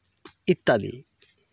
ᱤᱛᱛᱟᱫᱤ